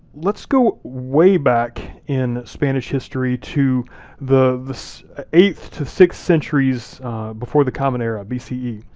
let's go way back in spanish history to the eighth to sixth centuries before the common era, bce.